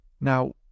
Now